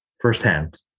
firsthand